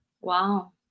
Wow